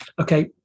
okay